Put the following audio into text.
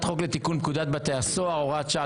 חוק לתיקון פקודת בתי הסוהר (הוראות שעה),